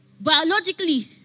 Biologically